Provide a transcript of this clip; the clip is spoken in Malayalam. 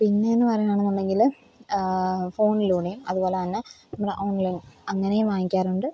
പിന്നേന്ന് പറയുവാണെന്നുണ്ടെങ്കില് ഫോണിലൂടെയും അതുപോലതന്നെ നമ്മുടെ ഓൺലൈൻ അങ്ങനെയും വാങ്ങിക്കാറുണ്ട്